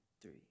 three